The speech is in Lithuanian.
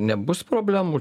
nebus problemų